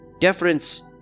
Deference